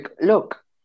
Look